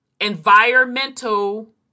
environmental